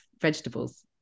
vegetables